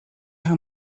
how